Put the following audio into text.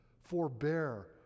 Forbear